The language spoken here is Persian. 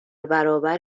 برابر